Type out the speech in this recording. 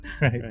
Right